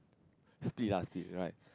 split ah split right